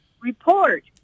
report